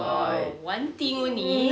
!wow! one thing only